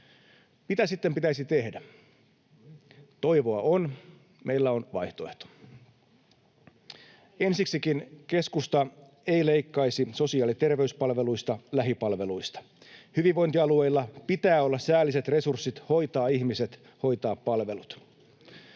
Mitä sitten pitäisi tehdä? Toivoa on. Meillä on vaihtoehto: Ensiksikin: Keskusta ei leikkaisi sosiaali- ja terveyspalveluista, lähipalveluista. Hyvinvointialueilla pitää olla säälliset resurssit hoitaa ihmiset ja hoitaa palvelut.